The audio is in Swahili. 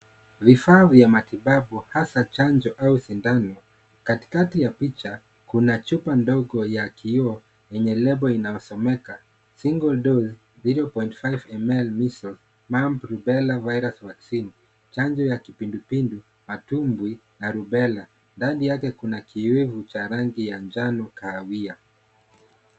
Vifaa vya matibabu hasa chanjo au sindano. Katikati ya picha kuna chupa ndogo ya kioo, yenye lebo inayosomeka, single dose 0.5ml, measle, mumps, rubella vaccine . Chanjo ya kipindipindu, matumbwi na rubella. Ndani yake kuna kiowevu cha rangi ya njano kahawia.